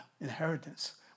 inheritance